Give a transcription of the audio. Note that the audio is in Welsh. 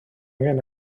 angen